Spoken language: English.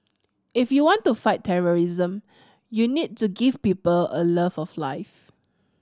if you want to fight terrorism you need to give people a love of life